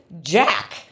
Jack